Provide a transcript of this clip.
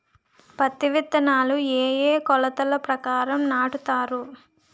పత్తి విత్తనాలు ఏ ఏ కొలతల ప్రకారం నాటుతారు?